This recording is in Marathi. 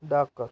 डाक्कर